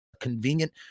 convenient